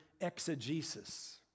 exegesis